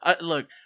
Look